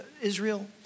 Israel